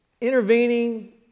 intervening